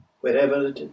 wherever